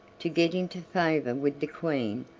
to get into favor with the queen,